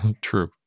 True